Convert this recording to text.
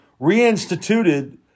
reinstituted